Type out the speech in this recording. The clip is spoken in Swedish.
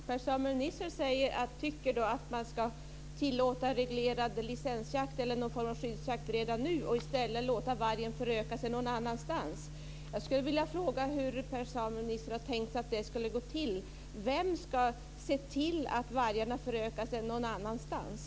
Fru talman! Per-Samuel Nisser tycker att man ska tillåta reglerad licensjakt eller någon form av skyddsjakt redan nu och i stället låta vargen föröka sig någon annanstans. Jag vill fråga hur Per-Samuel Nisser hade tänkt sig att det skulle gå till. Vem ska se till att vargarna förökar sig någon annanstans?